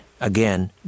again